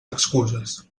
excuses